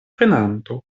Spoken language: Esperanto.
prenanto